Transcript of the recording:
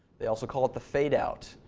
they also call it the fade out,